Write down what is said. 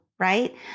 right